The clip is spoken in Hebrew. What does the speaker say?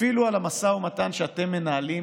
אפילו על המשא ומתן שאתם מנהלים